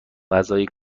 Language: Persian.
غذای